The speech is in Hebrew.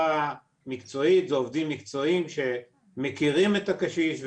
מקצועית ועובדים מקצועיים שמכירים את הקשיש.